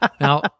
Now